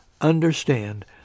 understand